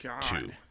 two